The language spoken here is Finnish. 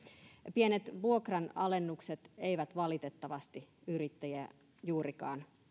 pienet vuokranalennukset eivät valitettavasti yrittäjiä juurikaan